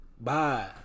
Bye